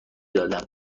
دادم